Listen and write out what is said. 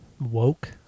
woke